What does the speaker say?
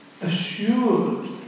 assured